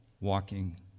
Walking